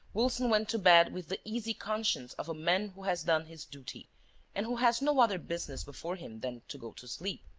wilson went to bed with the easy conscience of a man who has done his duty and who has no other business before him than to go to sleep.